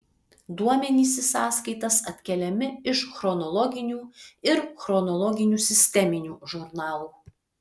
duomenys į sąskaitas atkeliami iš chronologinių ir chronologinių sisteminių žurnalų